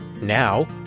Now